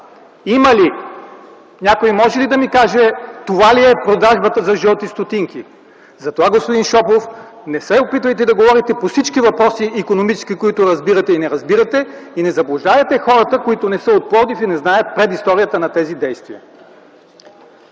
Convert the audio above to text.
Има ли? Някой може ли да ми каже това ли е продажбата за жълти стотинки? Затова, господин Шопов, не се опитвайте да говорите по всички въпроси – икономически, които разбирате и не разбирате, и не заблуждавайте хората, които не са от Пловдив и не знаят предисторията на тези действия.